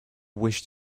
wish